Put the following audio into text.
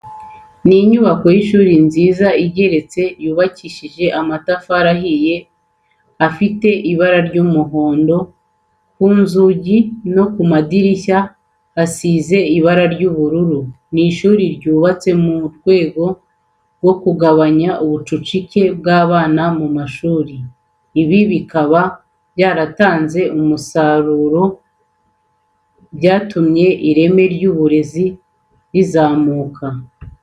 Ni inyubako y'ishuri nziza igeretse, yubakishije amatafari ahiye ifite ibara ry'umuhondo, ku nzugi no ku madirishya hasizeho ibara ry'ubururu. Ni ishuri ryubatwe mu rwego rwo kugabanya ubucucike bw'abanyeshuri mu mashuri. Ibi bikaba byaratanze umusaruro kuko byatumye ireme ry'uburezi rizamuka.